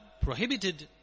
prohibited